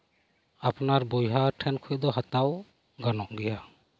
ᱟᱯᱱᱟᱨ ᱵᱚᱭᱦᱟ ᱴᱷᱮᱱ ᱠᱷᱚᱱ ᱫᱚ ᱦᱟᱛᱟᱣ ᱜᱟᱱᱚᱜ ᱜᱮᱭᱟ